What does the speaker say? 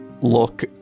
look